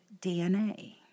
DNA